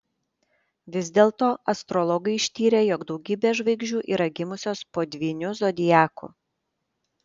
vis dėlto astrologai ištyrė jog daugybė žvaigždžių yra gimusios po dvyniu zodiaku